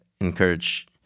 encourage